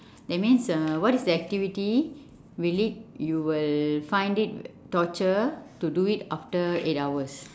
that means uh what is the activity will lead you will find it uh torture to do it after eight hours